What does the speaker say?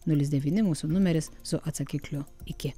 nulis devyni mūsų numeris su atsakikliu iki